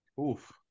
oof